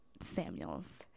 Samuels